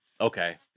Okay